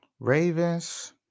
Ravens